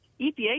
EPA